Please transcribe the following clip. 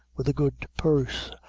with a good purse,